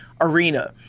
arena